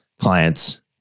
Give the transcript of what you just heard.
clients